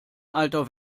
alter